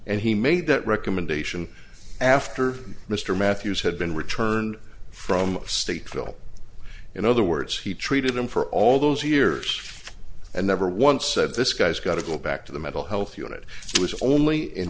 and he made that recommendation after mr matthews had been returned from statesville in other words he treated him for all those years and never once said this guy's got to go back to the mental health unit it was only in